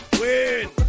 win